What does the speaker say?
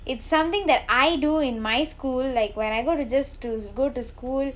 it's something that I do in my school like when I go to just to go to school